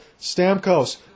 Stamkos